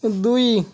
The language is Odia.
ଦୁଇ